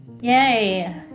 Yay